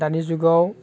दानि जुगाव